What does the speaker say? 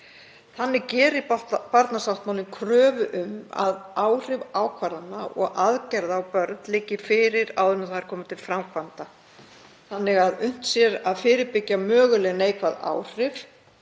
Þannig gerir Barnasáttmálinn kröfu um að áhrif ákvarðana og aðgerða á börn liggi fyrir áður en þær koma til framkvæmda þannig að unnt sé að fyrirbyggja möguleg neikvæð áhrif